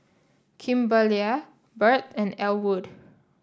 Kimberlie Birt and Elwood